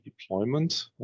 deployment